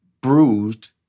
bruised